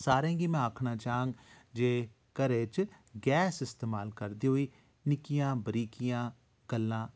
सारें गी में आक्खना चांह्ग जे घरै च गैस इस्तेमाल करदे होई निक्कियां बरीकियां गल्लां